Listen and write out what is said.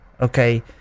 okay